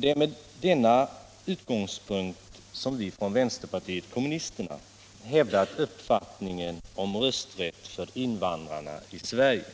Det är med denna utgångspunkt som vi i vänsterpartiet kommunisterna hävdat uppfattningen om rösträtt för invandrarna i Sverige.